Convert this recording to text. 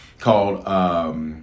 called